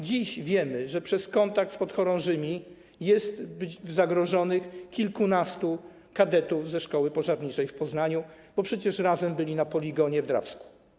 Dziś wiemy, że przez kontakt z podchorążymi jest zagrożonych kilkunastu kadetów ze szkoły pożarniczej w Poznaniu, bo przecież razem byli na poligonie w Drawsku.